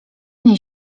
niej